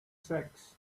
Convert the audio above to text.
sacks